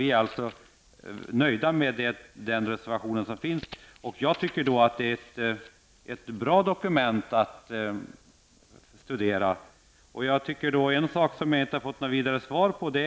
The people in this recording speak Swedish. Vi är alltså nöjda med den reservation som finns, och jag tycker att det är ett bra dokument att studera. Det är en sak som jag inte fått svar på.